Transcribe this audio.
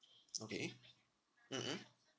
okay mm mm